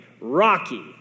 Rocky